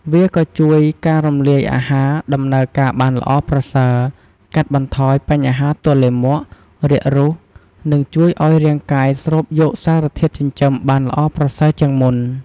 វាក៏ជួយឲ្យការរំលាយអាហារដំណើរការបានល្អប្រសើរ កាត់បន្ថយបញ្ហាទល់លាមក រាគរូស និងជួយឲ្យរាងកាយស្រូបយកសារធាតុចិញ្ចឹមបានល្អប្រសើរជាងមុន។